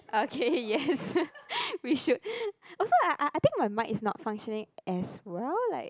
okay yes we should also I I I think my mic is not functioning as well like